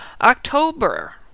October